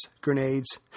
grenades